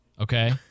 okay